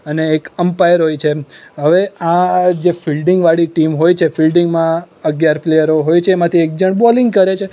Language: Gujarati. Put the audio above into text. અને એક અમ્પાયર હોય છે હવે આ જે ફિલ્ડિંગવાળી ટીમ હોય છે ફિલ્ડિંગમાં અગિયાર પ્લેયરો હોય છે એમાંથી એક જણ બોલિંગ કરે છે